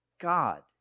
God